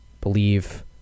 believe